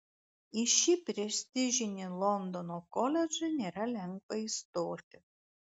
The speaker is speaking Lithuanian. į šį prestižinį londono koledžą nėra lengva įstoti